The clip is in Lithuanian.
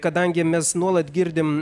kadangi mes nuolat girdim